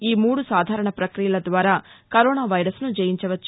ఈ మూడు సాధారణ ప్రక్రియల ద్వారా కరోనా వైరస్ను జయించవచ్చు